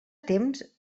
temps